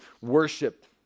worship